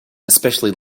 especially